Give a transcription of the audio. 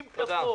אם תחזור